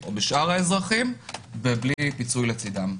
או בשאר האזרחים בלי פיצוי לצידם.